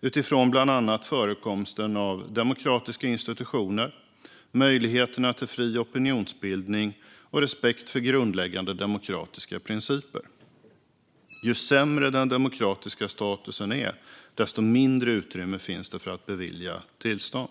utifrån bland annat förekomsten av demokratiska institutioner, möjligheterna till fri opinionsbildning och respekten för grundläggande demokratiska principer. Ju sämre den demokratiska statusen är, desto mindre utrymme finns det för att bevilja tillstånd.